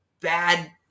bad